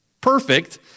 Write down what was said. perfect